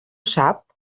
sap